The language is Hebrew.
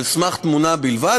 על סמך תמונה בלבד,